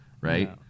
right